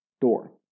Door